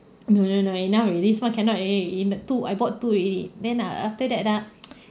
no no no enough already this one cannot eh in two I bought two already then ah after that ah